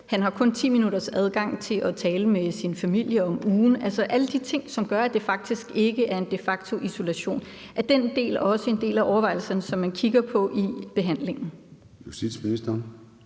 han har kun 10 minutters adgang til at tale med sin familie om ugen, altså alle de ting, som kunne gøre, at det faktisk ikke var en de facto-isolation. Er den del også en del af overvejelserne, som man kigger på i behandlingen?